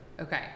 Okay